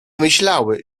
myślały